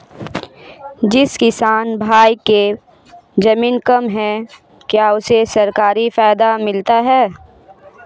जिस किसान भाई के ज़मीन कम है क्या उसे सरकारी फायदा मिलता है?